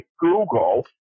Google